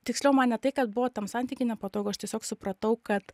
tiksliau man ne tai kad buvo tam santyky nepatogu aš tiesiog supratau kad